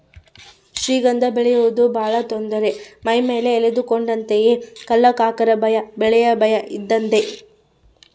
ಶ್ರೀಗಂಧ ಬೆಳೆಯುವುದು ಬಹಳ ತೊಂದರೆ ಮೈಮೇಲೆ ಎಳೆದುಕೊಂಡಂತೆಯೇ ಕಳ್ಳಕಾಕರ ಭಯ ಬೆಲೆಯ ಭಯ ಇದ್ದದ್ದೇ